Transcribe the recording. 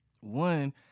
one